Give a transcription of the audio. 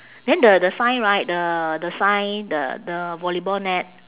then the the sign right the the sign the the volleyball net